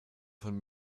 von